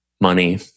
money